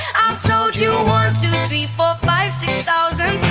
i've told you ah one, two, three, four, five, six thousand